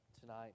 tonight